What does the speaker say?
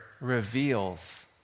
reveals